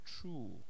true